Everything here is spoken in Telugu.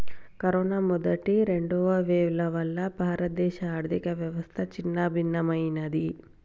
కరోనా మొదటి, రెండవ వేవ్ల వల్ల భారతదేశ ఆర్ధికవ్యవస్థ చిన్నాభిన్నమయ్యినాది